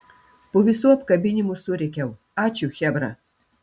po visų apkabinimų surėkiau ačiū chebra